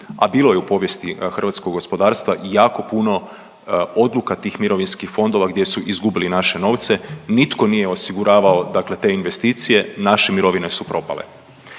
a bilo je u povijesti hrvatskog gospodarstva i jako puno odluka tih mirovinskih fondova gdje su izgubili naše novce, nitko nije osiguravao dakle te investicije, naše mirovine su propale.